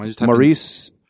Maurice